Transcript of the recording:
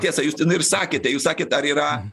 tiesa jūs ten ir sakėte jūs sakėt ar yra